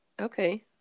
okay